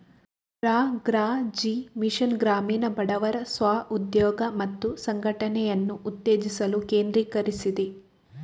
ರಾ.ಗ್ರಾ.ಜೀ mission ಗ್ರಾಮೀಣ ಬಡವರ ಸ್ವ ಉದ್ಯೋಗ ಮತ್ತು ಸಂಘಟನೆಯನ್ನು ಉತ್ತೇಜಿಸಲು ಕೇಂದ್ರೀಕರಿಸಿದೆ